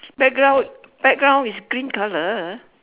background background is green colour